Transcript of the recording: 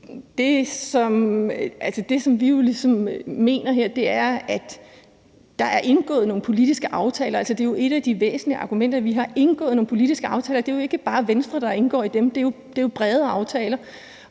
ligesom mener, er, at der er indgået nogle politiske aftaler. Det er jo et af de væsentlige argumenter, at vi har indgået nogle politiske aftaler, og det er jo ikke bare Venstre, der indgår i dem. Det er jo brede aftaler,